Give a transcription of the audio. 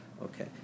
Okay